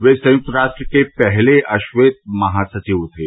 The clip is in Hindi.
वे संयुक्त राष्ट्र के पहले अश्वेत महासचिव थे